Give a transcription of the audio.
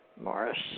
Morris